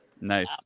Nice